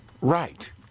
Right